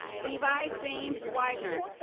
levi james weidner.